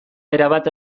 erabat